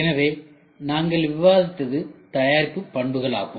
எனவே நாம் விவாதித்தது தயாரிப்பு பண்புகள் ஆகும்